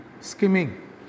skimming